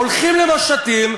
הולכים למשטים,